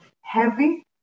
heavy